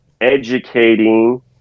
educating